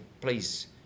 please